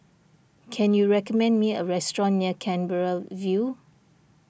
can you recommend me a restaurant near Canberra View